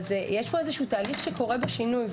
יש פה איזשהו תהליך שקורה בו שינוי,